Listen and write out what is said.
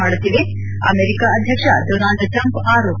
ಮಾಡುತ್ತಿದೆ ಅಮೆರಿಕ ಅಧ್ಯಕ್ಷ Donald Trump ಆರೋಪ